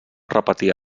repetir